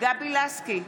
גבי לסקי,